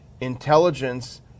intelligence